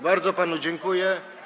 Bardzo panu dziękuję.